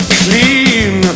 clean